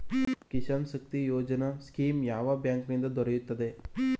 Kisan Shakti Yojana scheme ಯಾವ bank ನಿಂದ ದೊರೆಯುತ್ತದೆ?